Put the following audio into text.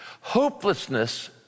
Hopelessness